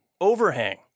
overhang